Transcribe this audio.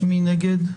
מי נגד?